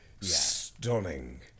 stunning